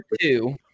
two